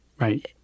right